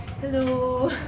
hello